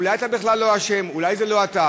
אולי אתה בכלל לא אשם, אולי זה לא אתה.